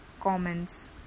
comments